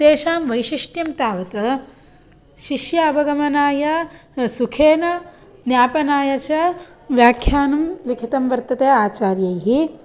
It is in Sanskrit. तेषां वैशिष्ट्यं तावत् शिष्य अवगमनाय सुखेन ज्ञापनाय च व्याख्यानं लिखितं वर्तते अचार्यैः